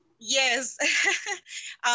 Yes